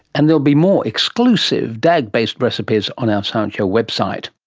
and there'll be more exclusive dagg-based recipes on our science show website.